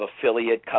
affiliate